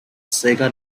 sega